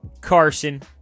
Carson